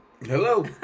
Hello